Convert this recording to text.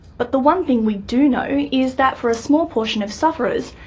but the one thing we do know is that for a small portion of sufferers,